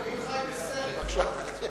הימין חי בסרט, זאת הבעיה.